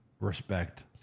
respect